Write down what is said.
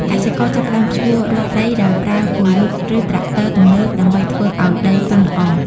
កសិករចាប់ផ្តើមភ្ជួររាស់ដីដោយប្រើគោយន្តឬត្រាក់ទ័រទំនើបដើម្បីធ្វើឱ្យដីទន់ល្អ។